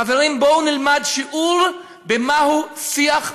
חברים, בואו נלמד שיעור, מהו שיח מכבד.